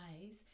ways